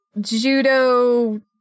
judo